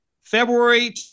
February